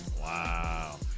Wow